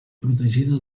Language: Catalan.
protegida